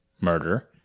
murder